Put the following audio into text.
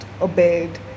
obeyed